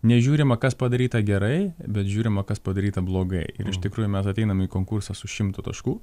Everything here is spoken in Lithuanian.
nežiūrima kas padaryta gerai bet žiūrima kas padaryta blogai ir iš tikrųjų mes ateinam į konkursą su šimtu taškų